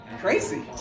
Crazy